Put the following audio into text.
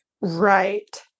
Right